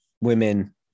women